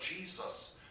Jesus